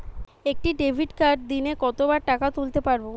একটি ডেবিটকার্ড দিনে কতবার টাকা তুলতে পারব?